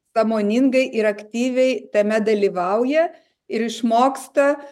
sąmoningai ir aktyviai tame dalyvauja ir išmoksta